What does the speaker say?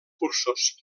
cursos